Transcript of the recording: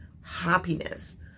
happiness